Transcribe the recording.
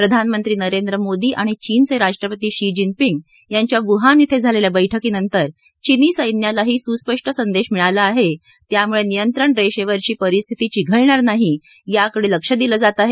प्रधानमंत्री नरेंद्र मोदी आणि चीनचे राष्ट्रपती शी जिनपिंग यांच्या वुहान इथे झालेल्या बैठकीनंतर चिनी सैन्यालाही सुस्पष्ट संदेश मिळाला आहे त्यामुळे नियंत्रण रेषेवरची परिस्थिती चिघळणार नाही याकडे लक्ष दिलं जात आहे